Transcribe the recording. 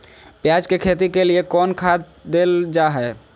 प्याज के खेती के लिए कौन खाद देल जा हाय?